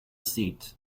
seat